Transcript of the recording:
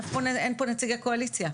אין פה נציגי הקואליציה.